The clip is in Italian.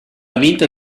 vinta